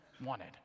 wanted